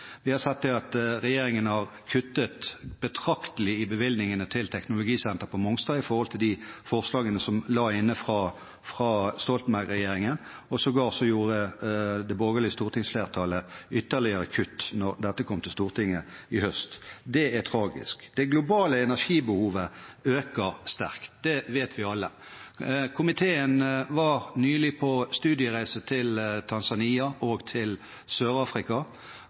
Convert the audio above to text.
Vi har sett at regjeringen har kuttet betraktelig i bevilgningene til teknologisenter på Mongstad i forhold til de forslagene som lå inne fra Stoltenberg-regjeringen, og sågar gjorde det borgerlige stortingsflertallet ytterligere kutt da dette kom til Stortinget sist høst. Det er tragisk. Det globale energibehovet øker sterkt. Det vet vi alle. Komiteen var nylig på studiereise til Tanzania og Sør-Afrika. Vi fikk bl.a. se hvordan utviklingen er med hensyn til